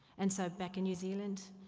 and so back in new zealand,